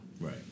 Right